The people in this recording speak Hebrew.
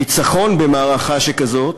ניצחון במערכה שכזאת